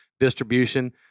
distribution